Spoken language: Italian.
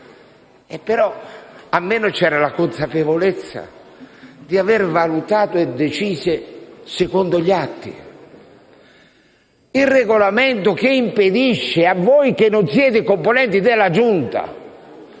Però almeno c'era la consapevolezza di aver valutato e deciso secondo gli atti. Il Regolamento che impedisce a voi che non siete componenti della Giunta